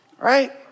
right